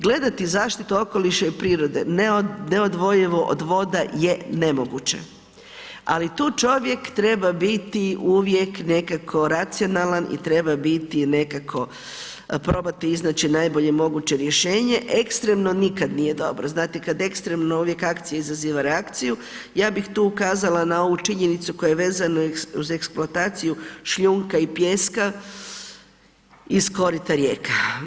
Gledati zaštitu okoliša i prirode, neodvojivo od voda je nemoguće, ali tu čovjek treba biti uvijek nekako racionalan i treba biti nekako, probati iznaći najbolje moguće rješenje, ekstremno nikad nije dobro, znate kad ekstremno uvijek akcije izaziva reakciju, ja bih tu ukazala na ovu činjenicu koja je vezano uz eksploataciju šljunka i pijeska iz korita rijeka.